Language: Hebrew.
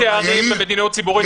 שני תארים במדיניות ציבורית,